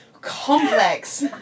complex